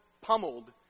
pummeled